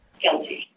Guilty